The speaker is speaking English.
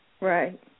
Right